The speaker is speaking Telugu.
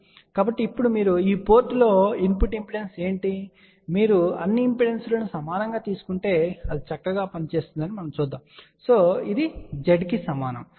కాబట్టి ఇప్పుడు ఈ పోర్టులో ఇన్పుట్ ఇంపిడెన్స్ ఏమిటి కాబట్టి మీరు అన్ని ఇంపిడెన్స్లను సమానంగా తీసుకుంటే అది చక్కగా పనిచేస్తుందని చూద్దాం కనుక ఇది Z కి సమానం